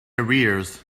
arrears